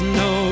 no